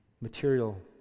material